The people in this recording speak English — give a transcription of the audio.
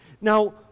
Now